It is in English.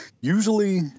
usually